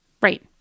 Right